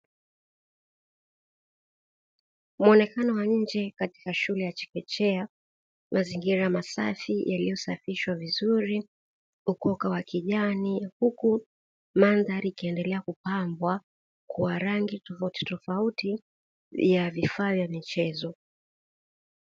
Mwonekano wa nje katika shule ya chekechea, mazingira masafi yaliyosafishwa vizuri, ukoka wa kijani, huku mandhari ikiendelea kupambwa kwa rangi tofautitofauti ya vifaa vya michezo.